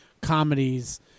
comedies